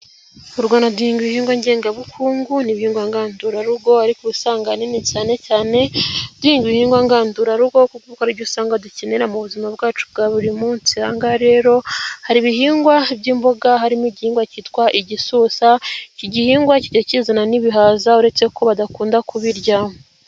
Mu Rwanda duhinga ibihingwa ngengabukungu n'ibigwa ngandurarugo ariko uba usanga ahanini cyane cyane duhinga ibihingwa ngandurarugo kuko ari byo usanga dukenera mu buzima bwacu bwa buri munsi. Aha ngaha rero hari ibihingwa by'imboga harimo igihingwa kitwa igisusa, iki gihingwa kijya kizana n'ibihaza uretse ko badakunda kubirya.